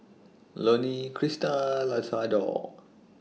Loney Crista Isadore